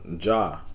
Ja